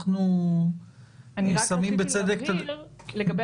אנחנו שמים בצדק את הדברים --- רק רציתי להבהיר לגבי